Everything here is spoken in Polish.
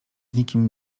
nikim